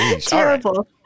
Terrible